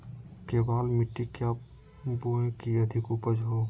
केबाल मिट्टी क्या बोए की अधिक उपज हो?